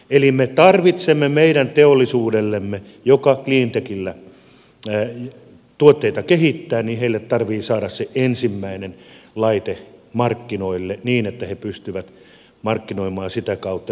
eli me tarvitsemme meidän teollisuudellemme joka cleantechillä tuotteita kehittää sen ensimmäisen laitteen markkinoille niin että he pystyvät markkinoimaan sitä kautta